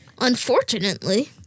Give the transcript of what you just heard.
Unfortunately